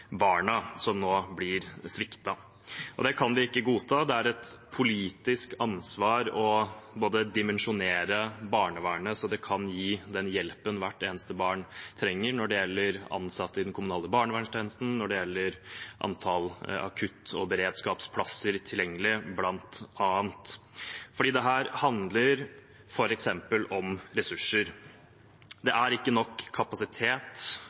barna, som nå blir sviktet. Det kan vi ikke godta. Det er et politisk ansvar å dimensjonere opp barnevernet så det kan gi den hjelpen hvert eneste barn trenger, når det bl.a. gjelder ansatte i den kommunale barnevernstjenesten og antallet akutt- og beredskapsplasser tilgjengelig. Dette handler f.eks. om ressurser. Det er ikke nok kapasitet